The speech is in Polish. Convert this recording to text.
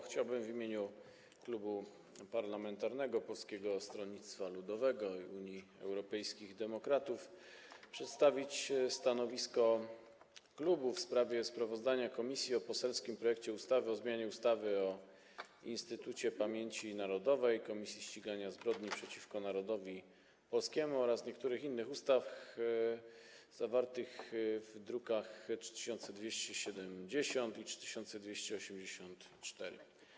Chciałbym w imieniu Klubu Poselskiego Polskiego Stronnictwa Ludowego - Unii Europejskich Demokratów przedstawić stanowisko wobec sprawozdania komisji o poselskim projekcie ustawy o zmianie ustawy o Instytucie Pamięci Narodowej - Komisji Ścigania Zbrodni przeciwko Narodowi Polskiemu oraz niektórych innych ustaw, druki nr 3270 i 3284.